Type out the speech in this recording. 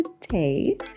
today